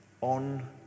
on